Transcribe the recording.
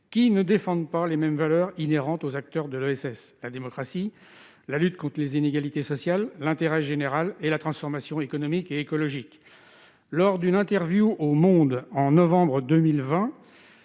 qui ne défendent pas les valeurs des acteurs de l'ESS : la démocratie, la lutte contre les inégalités sociales, l'intérêt général et la transformation économique et écologique. Lors d'une interview au journal en novembre 2020,